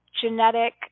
genetic